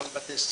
גם בבתי ספר,